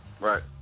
right